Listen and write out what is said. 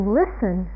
listen